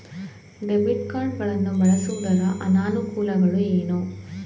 Debit card ಗಳನ್ನು ಬಳಸುವುದರ ಅನಾನುಕೂಲಗಳು ಏನು?